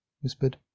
whispered